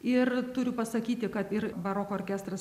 ir turiu pasakyti kad ir baroko orkestras